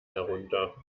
herunter